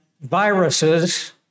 viruses